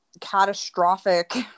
catastrophic